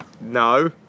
No